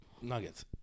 Nuggets